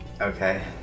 Okay